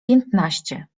piętnaście